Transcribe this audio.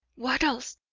wattles,